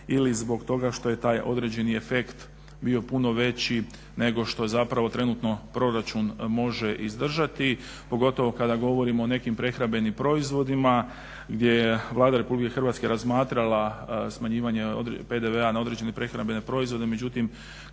ili zbog toga što je taj određeni efekt bio puno veći nego što zapravo trenutno proračun može izdržati. Pogotovo kada govorimo o nekim prehrambenim proizvodima gdje je Vlada Republike Hrvatske razmatrala smanjivanje PDV-a na određene prehrambene proizvode. Međutim,